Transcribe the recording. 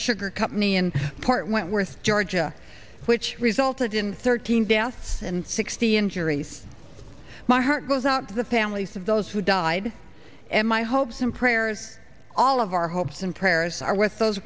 sugar company in port wentworth georgia which resulted in thirteen deaths and sixty injuries my heart goes out to the families of those who died and my hopes and prayers all of our hopes and prayers are